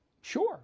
Sure